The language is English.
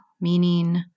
meaning